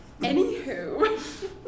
Anywho